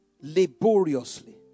laboriously